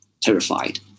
terrified